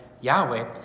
Yahweh